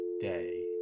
day